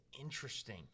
interesting